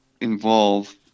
involve